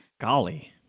Golly